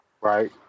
Right